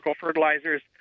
fertilizers